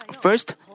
first